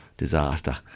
Disaster